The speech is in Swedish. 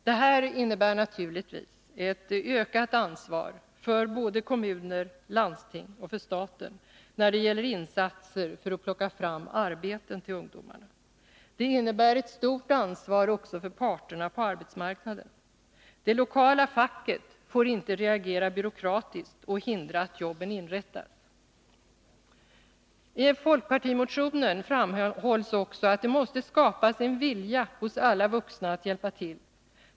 Det här innebär naturligtvis ett ökat ansvar både för kommunerna, landstingen och staten när det gäller insatser för att plocka fram arbeten till ungdomarna. Det innebär ett stort ansvar också för parterna på arbetsmarknaden. Det lokala facket får inte reagera byråkratiskt och hindra att jobben inrättas. I folkpartimotionen framhålls också att det måste skapas en vilja hos alla vuxna att hjälpa till.